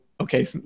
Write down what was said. okay